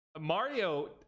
Mario